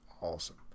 awesome